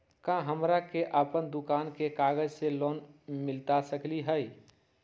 का हमरा के अपन दुकान के कागज से लोन मिलता सकली हई?